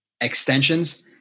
extensions